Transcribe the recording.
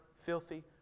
filthy